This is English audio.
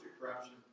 corruption